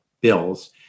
bills